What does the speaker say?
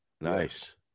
Nice